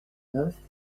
neuf